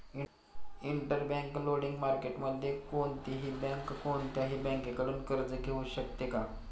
Interbank lending मार्केटमध्ये कोणतीही bank कोणत्याही बँकेकडून कर्ज घेऊ शकते का?